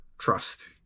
Trust